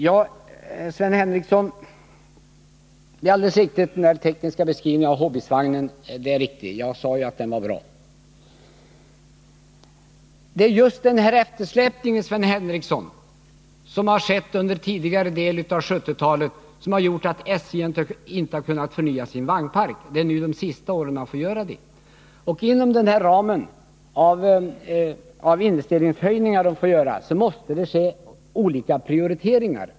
Ja, Sven Henricsson, den tekniska beskrivningen av Hbis-vagnen är helt riktig. Jag sade ju att den var bra. Det är just den här eftersläpningen, Sven Henricsson, som har skett under den tidigare delen av 1970-talet som har gjort att SJ inte har kunnat förnya sin vagnpark. Det är under de senaste åren man har fått göra det. Och inom den här ramen för investeringshöjningar måste det göras olika prioriteringar.